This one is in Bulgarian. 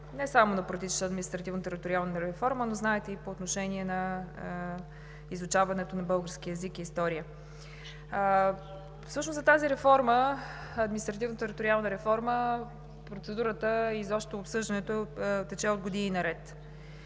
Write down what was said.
не само на протичащата административно-териториална реформа, знаете, и по отношение на изучаването на българския език и история. Всъщност процедурата за тази административно-териториална реформа, изобщо обсъждането, тече от години наред.